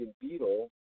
Beetle